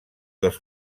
dels